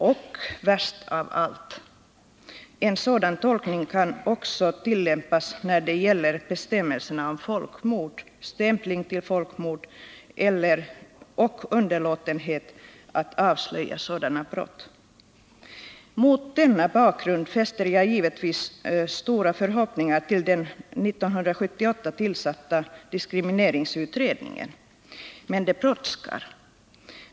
Och värst av allt: en sådan — vandrare som tolkning kan också tillämpas när det gäller bestämmelserna om folkmord, grupp stämpling till folkmord och underlåtenhet att avslöja sådana brott. Mot denna bakgrund fäster jag givetvis stora förhoppningar till den 1978 tillsatta diskrimineringsutredningen. Men det brådskar.